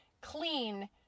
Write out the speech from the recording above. clean